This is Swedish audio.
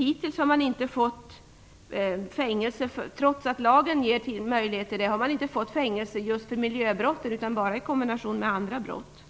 Hittills har man inte dömt till fängelse för miljöbrott, trots att lagen medger den möjligheten, utan det har bara skett i kombination med andra brott.